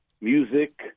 music